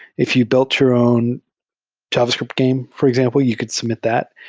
if you built your own javascript game, for example, you could submit that.